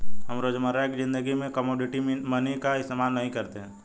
हम रोजमर्रा की ज़िंदगी में कोमोडिटी मनी का इस्तेमाल नहीं करते